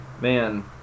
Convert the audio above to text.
man